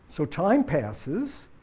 so time passes,